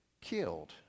killed